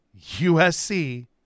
USC